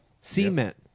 Cement